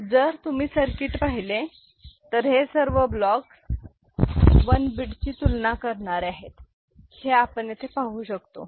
आणि जर तुम्ही सर्किट पाहिले तर हे सर्व ब्लॉक 1 बीट तुलना करणारे आहेत हे आपण येथे पाहू शकतो